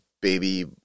baby